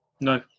No